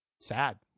sad